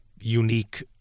unique